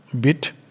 bit